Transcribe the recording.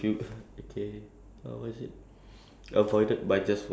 but I think there's one thing I can think about lah I think it's pretty funny uh